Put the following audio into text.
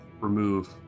remove